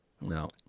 No